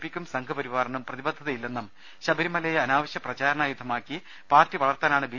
പിക്കും സംഘപ രിവാറിനും പ്രതിബദ്ധതയില്ലെന്നും ശബരിമലയെ അനാവശ്യ പ്രചാരണായുധമാക്കി പാർട്ടി വളർത്താനാണ് ബി